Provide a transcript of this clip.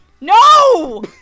No